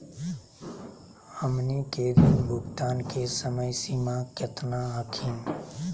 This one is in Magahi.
हमनी के ऋण भुगतान के समय सीमा केतना हखिन?